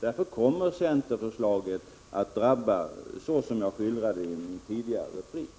Därför kommer centerförslaget att drabba såsom jag har skildrat i min tidigare replik.